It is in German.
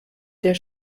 der